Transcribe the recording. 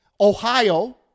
Ohio